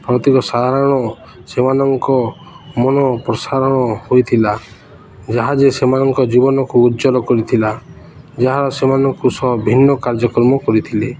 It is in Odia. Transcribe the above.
ପ୍ରତୀକ ସାଧାରଣ ସେମାନଙ୍କ ମନ ପ୍ରସାରଣ ହୋଇଥିଲା ଯାହା ଯେ ସେମାନଙ୍କ ଜୀବନକୁ ଉଜ୍ଜ୍ୱଳ କରିଥିଲା ଯାହାର ସେମାନଙ୍କୁ ସହ ଭିନ୍ନ କାର୍ଯ୍ୟକ୍ରମ କରିଥିଲେ